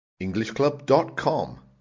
englishclub.com